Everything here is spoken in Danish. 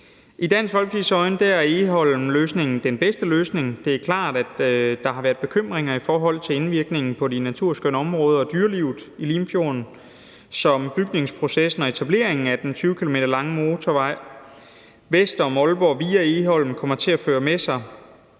I Dansk Folkepartis øjne er Egholmløsningen den bedste løsning. Det er klart, at der har været bekymringer for indvirkningen på det naturskønne område og dyrelivet i Limfjorden, i forhold til hvad byggeprocessen og etableringen af den 20 km lange motorvej vest om Aalborg via Egholm kommer til at føre med sig.